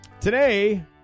Today